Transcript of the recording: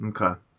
okay